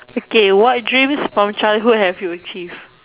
okay what dreams from childhood have you achieved